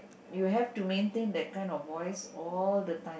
you have to maintain that kind of voice all the time